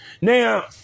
Now